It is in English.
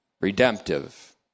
Redemptive